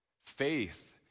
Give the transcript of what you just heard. faith